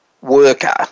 worker